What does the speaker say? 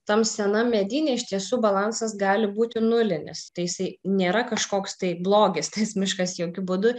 tam senam medyne iš tiesų balansas gali būti nulinis tai jisai nėra kažkoks tai blogis tas miškas jokiu būdu